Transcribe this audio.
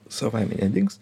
savaime nedings